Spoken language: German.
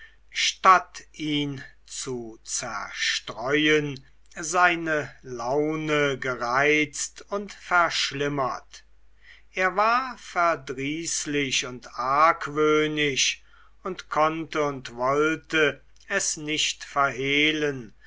statt ihn zu zerstreuen seine laune gereizt und verschlimmert er war verdrießlich und argwöhnisch und konnte und wollte es nicht verhehlen